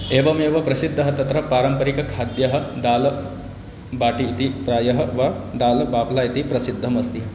एवमेव प्रसिद्धं तत्र पारम्परिकखाद्यं दाल बाटि इति प्रायः वा दाल् बाप्ला इति प्रसिद्धम् अस्ति